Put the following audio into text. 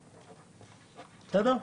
בסדר?